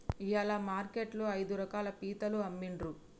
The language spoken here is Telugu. ఇయాల మార్కెట్ లో ఐదు రకాల పీతలు అమ్మిన్రు